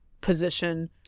position